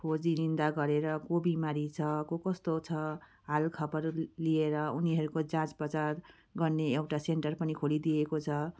खोजी निन्दा गरेर को बिमारी छ को कस्तो छ हाल खबरहरू लिएर उनीहरूको जाँच उपचार गर्ने एउटा सेन्टर पनि खोलिदिएको छ